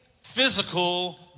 physical